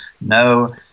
No